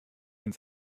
ins